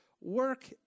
work